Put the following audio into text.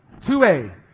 2A